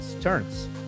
turns